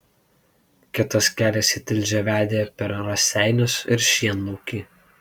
kitas kelias į tilžę vedė per raseinius ir šienlaukį